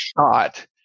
shot